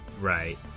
Right